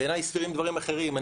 בעיני סבירים דברים אחרים,